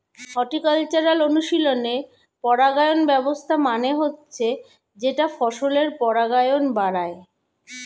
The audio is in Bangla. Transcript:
হর্টিকালচারাল অনুশীলনে পরাগায়ন ব্যবস্থা মানে হচ্ছে যেটা ফসলের পরাগায়ন বাড়ায়